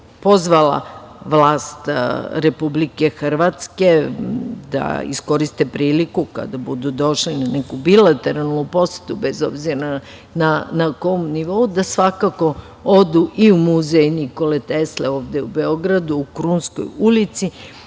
Pozvala bih vlast Republike Hrvatske, da iskoriste priliku, kada budu došli na neku bilateralnu posetu, bez obzira na kom nivou, da svakako odu i u Muzej Nikole Tesle, ovde u Beogradu, u Krunskoj ulici